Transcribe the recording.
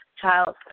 childhood